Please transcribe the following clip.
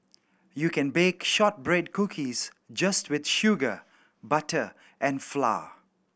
you can bake shortbread cookies just with sugar butter and flour